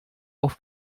auf